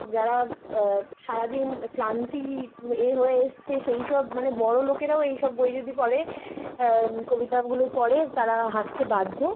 যারা সারাদিন ক্লান্তি এ হয়ে এসছে সেই সব মানে বড়ো লোকেরাও এই সব বই যদি পড়ে কবিতাগুলো পড়ে তারা হাসতে বাধ্য